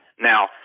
Now